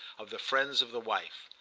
of the friends of the wife.